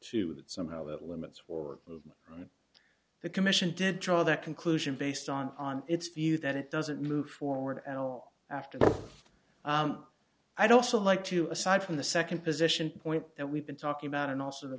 that somehow that limits or the commission did draw that conclusion based on on its view that it doesn't move forward at all after i don't feel like two aside from the second position point that we've been talking about and also the